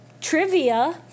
trivia